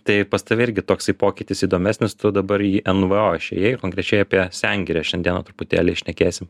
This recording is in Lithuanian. tai pas tave irgi toksai pokytis įdomesnis tu dabar į nvo išėjai konkrečiai apie sengirę šiandieną truputėlį šnekėsim